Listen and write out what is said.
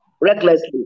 recklessly